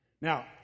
Now